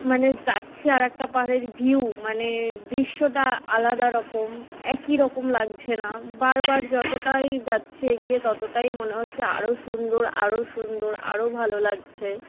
মানে যাচ্ছি আর একটা পাহাড়ের ভিউ মানে দৃশ্যটা আলাদা রকম একই রকম লাগছে না বার বার যতটাই যাচ্ছি এগিয়ে ততটাই মনে হচ্ছে আরো সুন্দর আরো সুন্দর আরো ভালো লাগছে